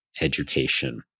education